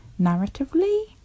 narratively